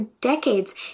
decades